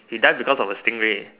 we dead because of the stingray